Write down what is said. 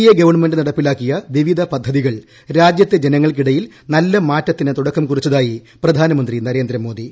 A government നടപ്പിലാക്കിയ വിവിധ പദ്ധതികൾ രാജ്യത്തെ ജനങ്ങൾക്കിടയിൽ നല്ല മാറ്റത്തിന് തുടക്കം കുറിച്ചതായി പ്രധാനമന്ത്രി നരേന്ദ്രമോദി